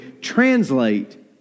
translate